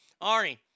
Arnie